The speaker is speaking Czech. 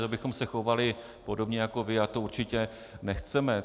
To bychom se chovali podobně jako vy a to určitě nechceme.